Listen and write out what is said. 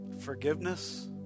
forgiveness